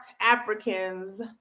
africans